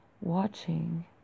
watching